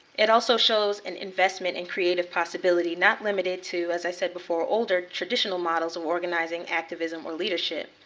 it also shows an investment in creative possibility. not limited to, as i said before, older traditional models of organizing, activism, or leadership.